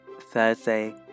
Thursday